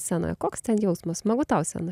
scenoje koks ten jausmas smagu tau scenoj